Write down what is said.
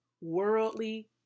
worldly